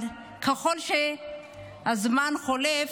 אבל ככל שהזמן חולף,